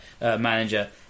manager